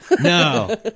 No